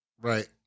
Right